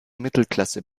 mittelklasse